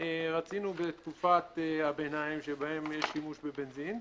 רצינו בתקופת הביניים שבה יש שימוש בבנזין,